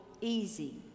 Easy